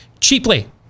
cheaply